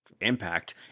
Impact